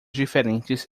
diferentes